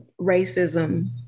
racism